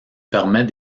permet